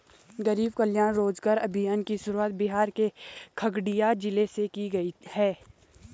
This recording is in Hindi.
गरीब कल्याण रोजगार अभियान की शुरुआत बिहार के खगड़िया जिले से की गयी है